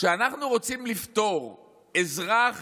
כשאנחנו רוצים לפטור אזרח